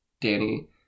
Danny